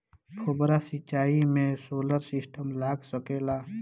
फौबारा सिचाई मै सोलर सिस्टम लाग सकेला?